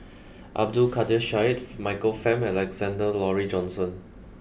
Abdul Kadir Syed Michael Fam and Alexander Laurie Johnson